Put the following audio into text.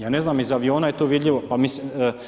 Ja ne znam, iz aviona je to vidljivo pa mislim.